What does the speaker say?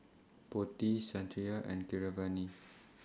Potti Satyendra and Keeravani